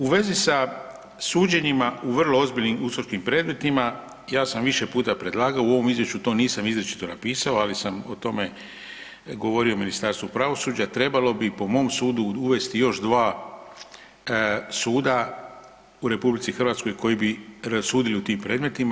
U vezi sa suđenjima u vrlo ozbiljnim uskočkim predmetima ja sam više puta predlagao u ovom izvješću to nisam izričito napisao ali sam o tome govorio Ministarstvu pravosuđa, trebalo bi po mom sudu uvesti još dva suda u RH koji bi rasudili u tim predmetima.